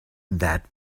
that